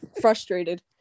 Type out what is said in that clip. frustrated